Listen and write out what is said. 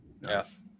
Yes